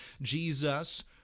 Jesus